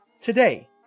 Today